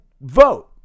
vote